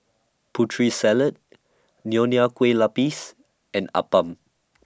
Putri Salad Nonya Keeh Lapis and Appam